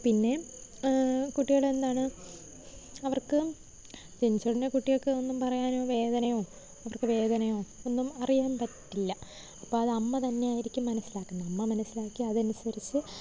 പിന്നെ കുട്ടികളെന്താണ് അവർക്ക് ജനിച്ച ഉടനെ കുട്ടികൾക്ക് ഒന്നും പറയാനോ വേദനയോ അവർക്ക് വേദനയോ ഒന്നും അറിയാൻ പറ്റില്ല അപ്പോൾ അത് അമ്മ തന്നെയായിരിക്കും മനസ്സിലാക്കുന്നത് അമ്മ മനസ്സിലാക്കി അതനുസരിച്ച്